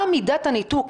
מה מידת הניתוק?